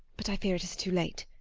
but i fear it is too late!